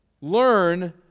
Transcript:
Learn